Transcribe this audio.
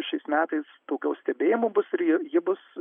šiais metais daugiau stebėjimų bus ir ji ji bus